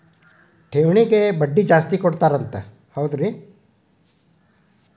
ಠೇವಣಿಗ ಬಡ್ಡಿ ಜಾಸ್ತಿ ಕೊಡ್ತಾರಂತ ಹೌದ್ರಿ?